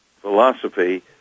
philosophy